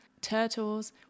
turtles